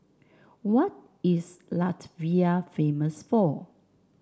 what is Latvia famous for